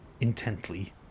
intently